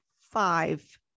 five